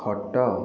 ଖଟ